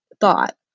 thought